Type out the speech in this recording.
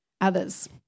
others